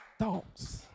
thoughts